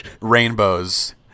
rainbows